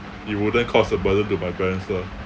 it wouldn't cause a burden to my parents lah